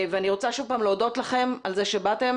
אני רוצה שוב להודות לכם על שבאתם.